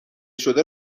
شده